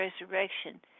resurrection